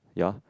ya